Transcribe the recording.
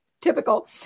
typical